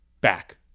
back